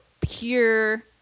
pure